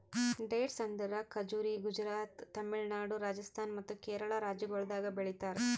dates ಅಂದುರ್ ಖಜುರಿ ಗುಜರಾತ್, ತಮಿಳುನಾಡು, ರಾಜಸ್ಥಾನ್ ಮತ್ತ ಕೇರಳ ರಾಜ್ಯಗೊಳ್ದಾಗ್ ಬೆಳಿತಾರ್